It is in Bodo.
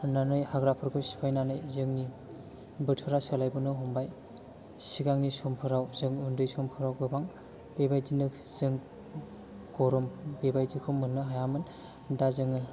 दाननानै हाग्राफोरखौ सिफायनानै जोंनि बोथोरा सोलायबोनो हमबाय सिगांनि समफोराव जों उन्दै समफोराव गोबां बेबायदिनो जों गरम बेबायदिखौ मोननो हायामोन दा जोङो